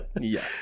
yes